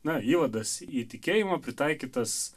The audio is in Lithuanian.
na įvadas į tikėjimą pritaikytas